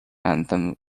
anthem